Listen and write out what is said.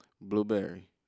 Blueberry